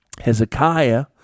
Hezekiah